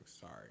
Sorry